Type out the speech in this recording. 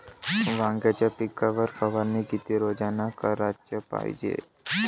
वांग्याच्या पिकावर फवारनी किती रोजानं कराच पायजे?